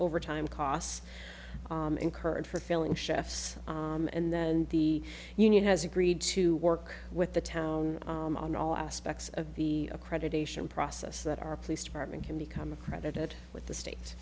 overtime costs incurred for filling chefs and then the union has agreed to work with the town on all aspects of the accreditation process that our police department can become accredited with the state